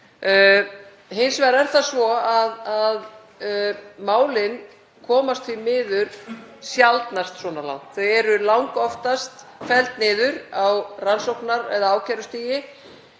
Hins vegar er það svo að málin komast því miður sjaldnast svo langt. Þau eru langoftast felld niður á rannsóknar- eða ákærustigi